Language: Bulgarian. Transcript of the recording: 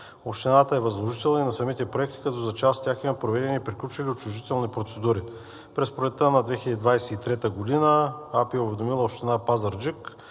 Общината е възложител и на самите проекти, като за част от тях има проведени и приключили отчуждителни процедури. През пролетта на 2023 г. АПИ е уведомила Община Пазарджик,